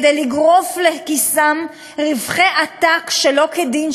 כדי לגרוף לכיסם רווחי עתק שלא כדין,